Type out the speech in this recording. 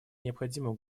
необходимы